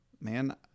man